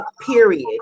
period